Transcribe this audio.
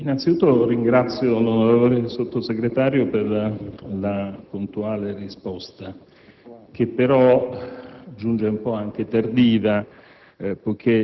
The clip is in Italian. innanzi tutto ringrazio l'onorevole Sottosegretario per la puntuale risposta, che però giunge un po' tardiva